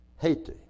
Haiti